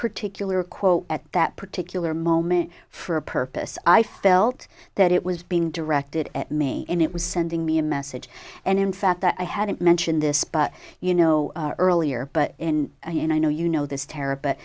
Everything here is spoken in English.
particular quote at that particular moment for a purpose i felt that it was being directed at me and it was sending me a message and in fact that i hadn't mentioned this but you know earlier but you know i know you know this tara but